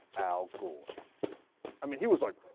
alkyl i mean he was like